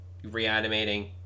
reanimating